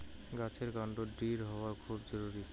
গাছের কান্ড দৃঢ় হওয়া খুব জরুরি